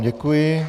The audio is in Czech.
Děkuji.